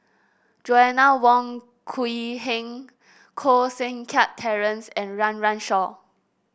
Joanna Wong Quee Heng Koh Seng Kiat Terence and Run Run Shaw